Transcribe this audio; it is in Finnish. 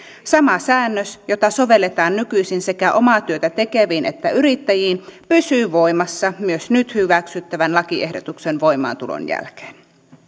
sama säännös jota sovelletaan nykyisin sekä omaa työtä tekeviin että yrittäjiin pysyy voimassa myös nyt hyväksyttävän lakiehdotuksen voimaantulon jälkeen